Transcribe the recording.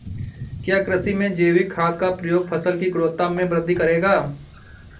क्या कृषि में जैविक खाद का प्रयोग फसल की गुणवत्ता में वृद्धि करेगा?